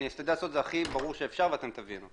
אני אשתדל לעשות את זה הכי ברור שאפשר ואתם תבינו.